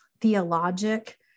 theologic